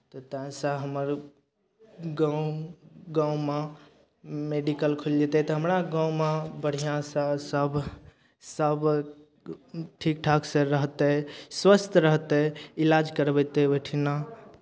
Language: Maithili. तऽ ताहिसँ हमर गाँव गाँवमे मेडिकल खुलि जेतै तऽ हमरा गाँवमे बढ़िआँसँ सभ सभ ठीक ठाकसँ रहतै स्वस्थ रहतै इलाज करवयतै ओहिठिना